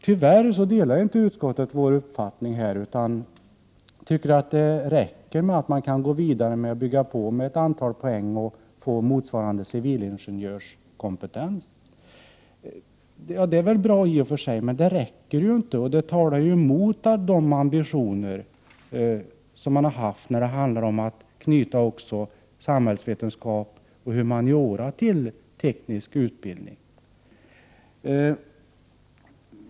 Tyvärr delar utskottet inte denna vår uppfattning utan tycker att det räcker om de studerande kan bygga på denna utbildning med studier för ett antal poäng och få motsvarande 19 civilingenjörskompetens. Detta är i och för sig bra, men det räcker inte. Utskottets ställningstagande går emot de ambitioner man haft när det gäller att knyta även samhällsvetenskap och humaniora till teknisk utbildning.